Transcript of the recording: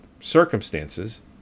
circumstances